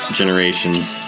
generation's